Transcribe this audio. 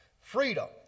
Freedom